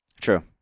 True